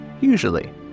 Usually